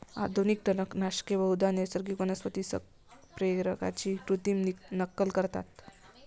आधुनिक तणनाशके बहुधा नैसर्गिक वनस्पती संप्रेरकांची कृत्रिम नक्कल करतात